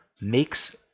makes